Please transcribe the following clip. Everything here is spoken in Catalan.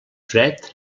fred